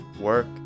work